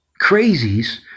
crazies